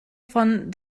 von